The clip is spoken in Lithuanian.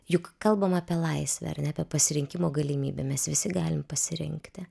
juk kalbam apie laisvę ar ne apie pasirinkimo galimybių mes visi galim pasirinkti